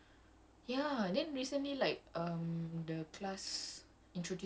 and macam I feel like dia orang punya bahasa is actually quite nice also